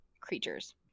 creatures